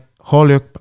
Holyoke